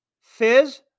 Fizz